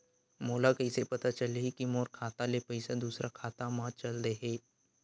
मोला कइसे पता चलही कि मोर खाता ले पईसा दूसरा खाता मा चल देहे?